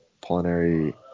pulmonary –